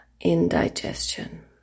indigestion